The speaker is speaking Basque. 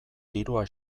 dirua